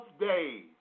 days